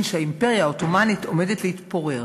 שהאימפריה העות'מאנית עומדת להתפורר.